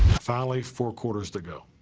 finally four quarters to go.